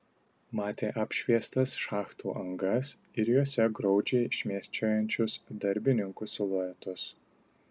matė apšviestas šachtų angas ir jose graudžiai šmėsčiojančius darbininkų siluetus